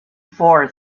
for